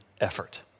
effort